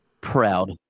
proud